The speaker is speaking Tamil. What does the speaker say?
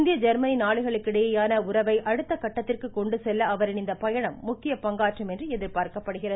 இந்திய ஜெர்மனி நாடுகளுக்கிடையேயான உறவை அடுத்த கட்டத்திற்கு கொண்டு செல்ல அவரின் இந்த பயணம் முக்கிய பங்காற்றும் என்று எதிர்பார்க்கப்படுகிறது